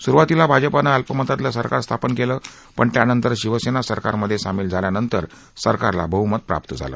सुरुवातीला भाजपानं अल्पमतातलं सरकार स्थापन केलं पण त्यानंतर शिवसेना सरकारमधे सामिल झाल्यानंतर सरकारला बहमत प्राप्त झालं